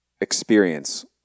experience